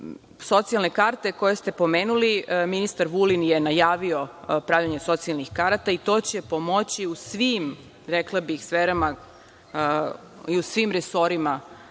otkupe. Socijalne karte koje ste pomenuli, ministar Vulin je najavio pravljenje socijalnih karata i to će pomoći u svim, rekla bih, sferama i u svim resorima